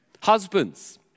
Husbands